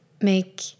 make